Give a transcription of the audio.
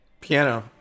piano